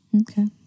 Okay